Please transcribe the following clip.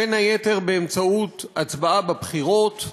בין היתר באמצעות הצבעה בבחירות.